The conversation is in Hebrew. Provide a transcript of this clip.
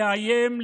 לאיים,